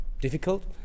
difficult